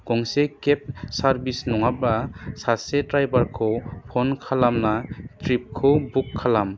गंसे केब सारभिस नङाबा सासे ड्राइबारखौ फन खालामना केबखौ बुक खालाम